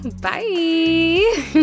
Bye